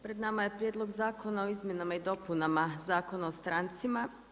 Pred nama je Prijedlog zakona o izmjenama i dopunama Zakona o strancima.